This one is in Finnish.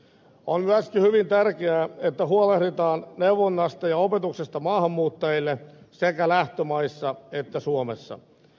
on myöskin hyvin tärkeää että huolehditaan neuvonnasta ja opetuksesta maahanmuuttajille sekä lähtömaissa että suomessa